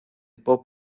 pop